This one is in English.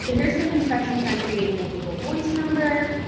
so here's some instructions on creating a google voice number.